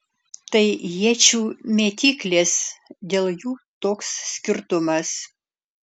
tai iečių mėtyklės dėl jų toks skirtumas